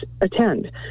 attend